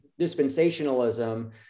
dispensationalism